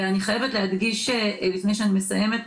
ואני חייבת להדגיש, לפני שאני מסיימת,